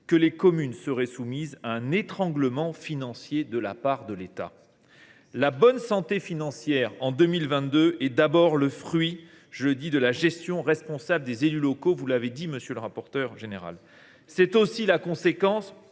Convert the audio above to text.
les communes seraient soumises à un « étranglement financier » de la part de l’État. La bonne santé financière en 2022 est d’abord le fruit de la gestion responsable des élus locaux ; vous l’avez dit, monsieur le rapporteur général. C’est aussi la conséquence